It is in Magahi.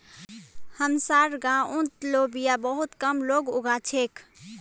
हमसार गांउत लोबिया बहुत कम लोग उगा छेक